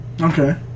Okay